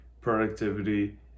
productivity